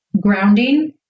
grounding